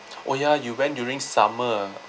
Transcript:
or ya you went during summer